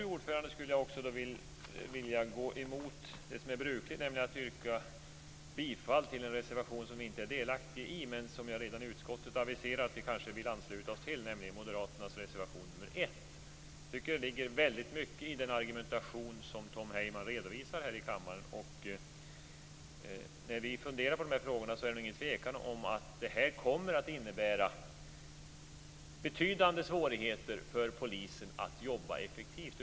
Sedan, fru talman, skulle jag vilja gå emot det som är brukligt och yrka bifall till en reservation som vi inte är delaktiga i men som jag redan i utskottet aviserade att vi kanske ville ansluta oss till, nämligen moderaternas reservation 1. Jag tycker att det ligger väldigt mycket i den argumentation som Tom Heyman redovisar här i kammaren. När man funderar på de här frågorna är det ingen tvekan om att detta kommer att innebära betydande svårigheter för polisen att jobba effektivt.